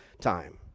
time